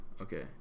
Okay